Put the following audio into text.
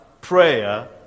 prayer